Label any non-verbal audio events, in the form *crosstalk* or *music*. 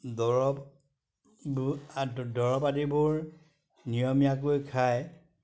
দৰববোৰ *unintelligible* দৰব আদিবোৰ নিয়মীয়াকৈ খায়